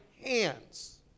hands